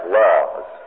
laws